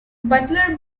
butler